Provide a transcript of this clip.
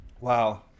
wow